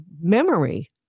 memory